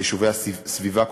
יישובי הסביבה,